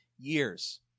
years